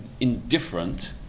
indifferent